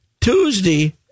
Tuesday